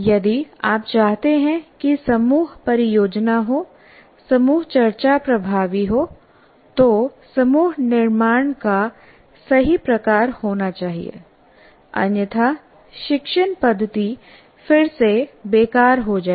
यदि आप चाहते हैं कि समूह परियोजना हो समूह चर्चा प्रभावी हो तो समूह निर्माण का सही प्रकार होना चाहिए अन्यथा शिक्षण पद्धति फिर से बेकार हो जाएगी